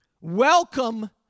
Welcome